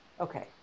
Okay